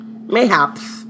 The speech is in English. Mayhaps